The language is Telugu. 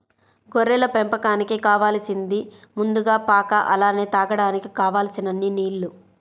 గొర్రెల పెంపకానికి కావాలసింది ముందుగా పాక అలానే తాగడానికి కావలసినన్ని నీల్లు